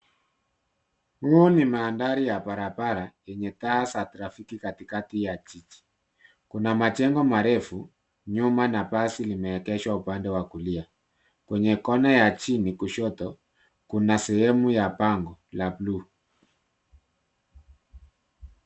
Huu ni maandari ya barabara , enye taa za trafiki katikati ya jiji. Kuna majengo marefu nyuma na basi limeegeshwa upande wa kulia. Kwenye kona ya njini kushoto kuna sehemu ya bango la bluu.